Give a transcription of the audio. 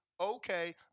okay